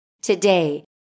Today